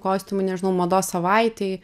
kostiumai nežinau mados savaitei